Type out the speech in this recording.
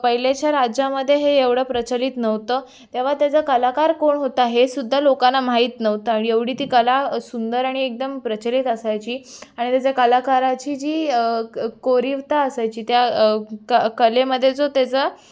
पहिलेच्या राज्यामध्ये हे एवढं प्रचलित नव्हतं तेव्हा त्याचा कलाकार कोण होता हेसुद्धा लोकांना माहीत नव्हतं आणि एवढी ती कला सुंदर आणि एकदम प्रचलित असायची आणि त्याच्या कलाकाराची जी कोरीवता असायची त्या क कलेमध्ये जो त्याचा